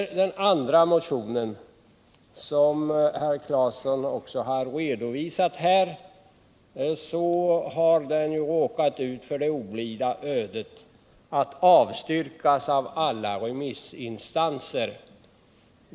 Den andra motionen har råkat ut för det oblida ödet att avstyrkas av alla remissinstanser.